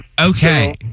Okay